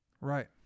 Right